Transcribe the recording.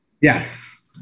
Yes